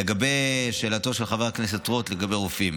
לגבי שאלתו של חבר הכנסת רוט לגבי רופאים.